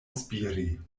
spiri